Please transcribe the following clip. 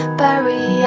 bury